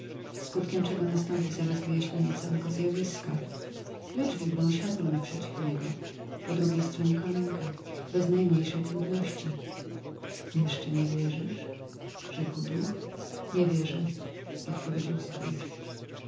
skutkiem czego nastąpi zaraz wyjaśnienie całego zjawiska lecz widmo siadło naprzeciw niego po drugiej stronie kominka bez najmniejszej trudności jeszcze nie wierzysz rzekł duch nie wierzę odpowiedział